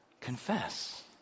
confess